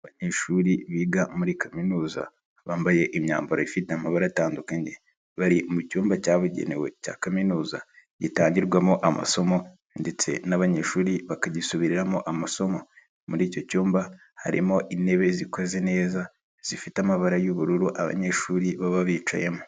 Abanyeshuri biga muri kaminuza bambaye imyambaro ifite amabara atandukanye bari mu cyumba cyabugenewe cya kaminuza gitangirwamo amasomo ndetse n'abanyeshuri bakagisubiriramo amasomo, muri icyo cyumba harimo intebe zikoze neza zifite amabara y'ubururu abanyeshuri baba bicayemo.